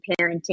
parenting